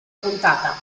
puntata